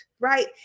right